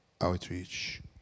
outreach